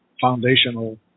foundational